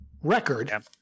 record